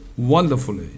Wonderfully